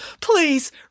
Please